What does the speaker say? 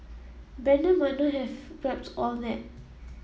Brandon might not have grasped all that